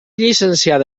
llicenciada